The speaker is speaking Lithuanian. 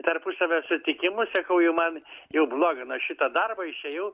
tarpusavio sutikimu sakau jau man jau bloga nuo šito darbo išėjau